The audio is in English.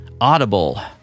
Audible